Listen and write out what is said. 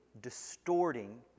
distorting